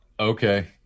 Okay